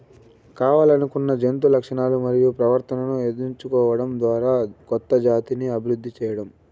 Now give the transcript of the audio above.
కావల్లనుకున్న జంతు లక్షణాలను మరియు ప్రవర్తనను ఎంచుకోవడం ద్వారా కొత్త జాతిని అభివృద్ది చేయడం